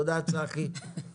אבל לא הצלחנו להגיע למשהו מוסכם